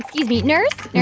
excuse me. nurse?